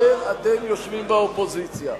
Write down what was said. כאשר אתם יושבים באופוזיציה.